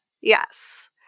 Yes